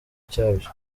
cyabyo